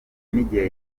n’igihe